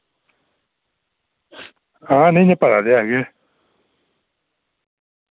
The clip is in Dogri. हां नेईं इय्यां पता ते है गै